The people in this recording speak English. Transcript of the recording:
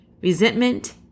resentment